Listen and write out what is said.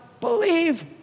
believe